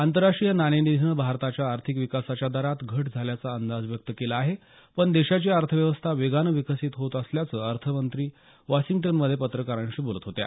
आंतरराष्ट्रीय नाणेनिधीनं भारताच्या आर्थिक विकासाच्या दरात घट झाल्याचा अंदाज व्यक्त केला आहे पण देशाची अर्थव्यवस्था वेगानं विकसित होत असल्याचं अर्थमंत्री वाशिंग्टनमध्ये पत्रकारांशी बोलत होत्या